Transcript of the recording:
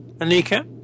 Anika